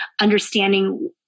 understanding